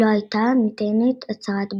לא הייתה ניתנת הצהרת בלפור.